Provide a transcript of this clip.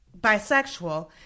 bisexual